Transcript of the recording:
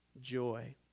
joy